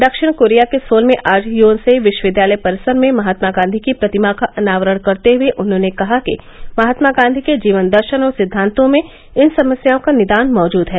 दक्षिण कोरिया के सोल में आज योनसेइ विश्वविद्यालय परिसर में महात्मा गांधी की प्रतिमा का अनावरण करते हुए उन्होंने कहा कि महात्मा गांधी के जीवन दर्शन और सिद्धांतों में इन समस्याओं का निदान मौजूद है